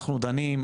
אנחנו דנים,